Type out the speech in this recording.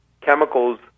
chemicals